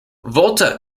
volta